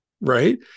right